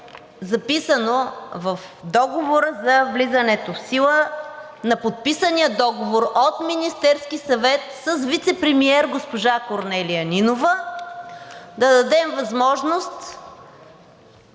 записано в Договора за влизането в сила на подписания договор от Министерския съвет с вицепремиер госпожа Корнелия Нинова, да дадем възможност